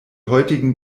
heutigen